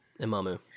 Imamu